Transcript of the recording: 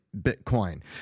Bitcoin